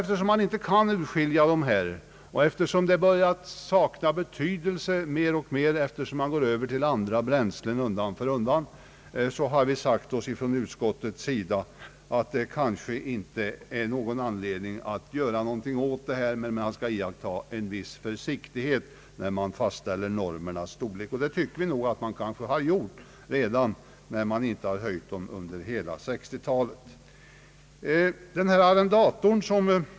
Eftersom man inte kan särskilja detta och eftersom saken kommer att betyda mindre och mindre på grund av övergång till andra bränslen, har vi inom utskottet sagt oss att det kanske inte är någon anledning att göra någonting åt detta, men man skall iaktta en viss försiktighet när man fastställer normernas storlek. Det tycker vi att man gjort, när man inte höjt normerna under hela 1960-talet.